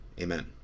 Amen